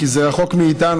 כי זה רחוק מאיתנו.